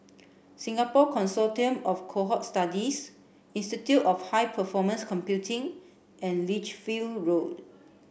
Singapore Consortium of Cohort Studies Institute of High Performance Computing and Lichfield Road